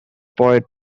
poet